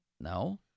No